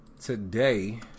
today